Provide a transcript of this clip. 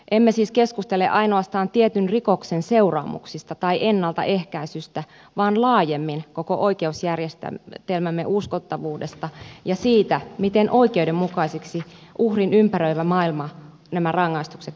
emme siis keskustele ainoastaan tietyn rikoksen seuraamuksista tai ennaltaehkäisystä vaan laajemmin koko oikeusjärjestelmämme uskottavuudesta ja siitä miten oikeudenmukaisiksi uhrin ympäröivä maailma nämä rangaistukset kokee